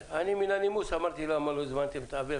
מהנימוס שאלתי למה לא הזמנתם את אבי.